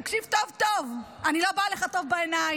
תקשיב טוב טוב: אני לא באה לך טוב בעיניים,